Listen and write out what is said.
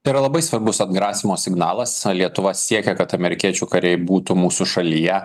tai yra labai svarbus atgrasymo signalas lietuva siekia kad amerikiečių kariai būtų mūsų šalyje